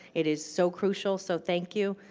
it is so crucial. so thank you.